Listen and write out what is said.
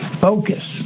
focus